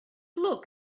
look